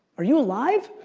are you alive?